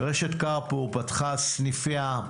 רשת "קרפור" פתחה את סניפיה,